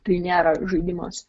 tai nėra žaidimas